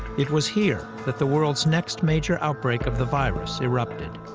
it was here that the world's next major outbreak of the virus erupted.